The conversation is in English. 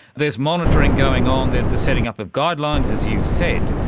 there's monitoring going on, there's the setting up of guidelines, as you've said.